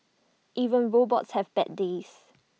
even robots have bad days